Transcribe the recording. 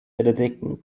editing